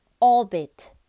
Orbit